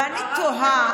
ואני תוהה,